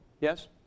Yes